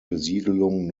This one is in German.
besiedelung